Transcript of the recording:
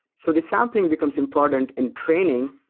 so the sampling becomes important in training.